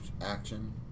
action